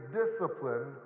discipline